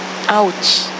Ouch